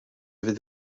fydd